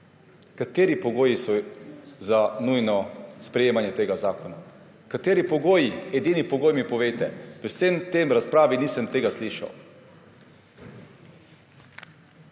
Kateri pogoji so izpolnjeni za nujno sprejemanje tega zakona? Kateri pogoji? Edini pogoj mi povejte? V vsej tej razpravi nisem tega slišal.